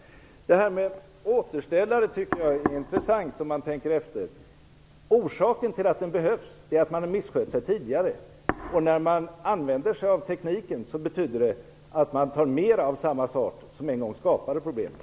Det här med återställare är intressant om man tänker efter. Orsaken till att återställare behövs är att man misskött sig tidigare. När man använder sig av tekniken betyder det att man inför mera av det som en gång skapade problemet.